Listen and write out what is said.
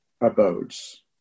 abodes